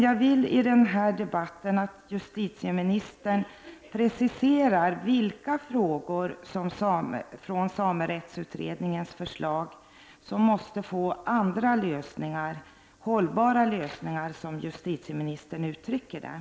Jag vill även att justitieministern i denna debatt preciserar vilka frågor från samerättsutredningens förslag som måste få andra lösningar — hållbara lösningar, som justitieministern uttrycker det.